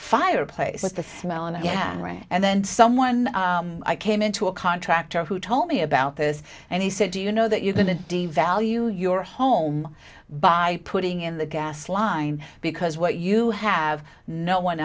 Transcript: fireplace was the smell and again and then someone i came into a contractor who told me about this and he said do you know that you're going to devalue your home by putting in the gas line because what you have no one